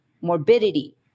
morbidity